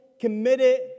committed